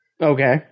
Okay